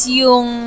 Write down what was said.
yung